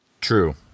True